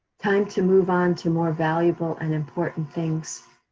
time to move on to more valuable and important things.